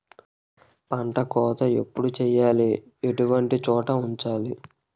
పంట కోత ఎప్పుడు చేయాలి? ఎటువంటి చోట దాచాలి?